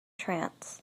trance